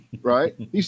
Right